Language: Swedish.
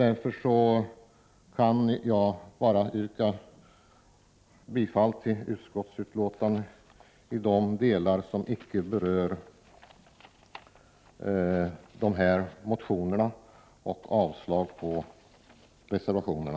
Härmed yrkar jag bifall till utskottets hemställan i de delar som icke berör dessa motioner och avslag på reservationerna.